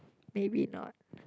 maybe not